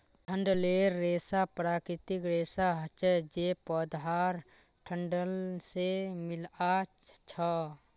डंठलेर रेशा प्राकृतिक रेशा हछे जे पौधार डंठल से मिल्आ छअ